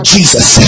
Jesus